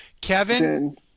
Kevin